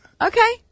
Okay